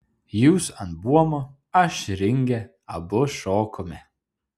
jūs ant buomo aš ringe abu šokome